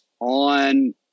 on